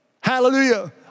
Hallelujah